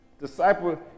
Disciple